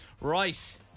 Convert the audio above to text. right